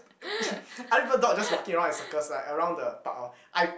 other people dog just walking around in circles like around the park orh I